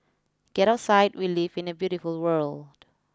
get outside we live in a beautiful world